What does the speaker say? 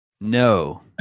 No